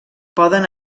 poden